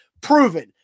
Proven